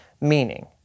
meaning